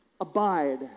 abide